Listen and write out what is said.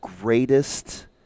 greatest